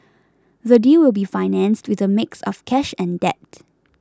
the deal will be financed with a mix of cash and debt